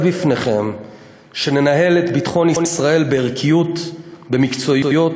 לפניכם שננהל את ביטחון ישראל בערכיות ובמקצועיות,